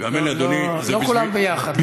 לא כולם ביחד.